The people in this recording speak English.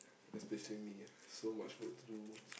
especially me ah so much work to do